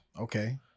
Okay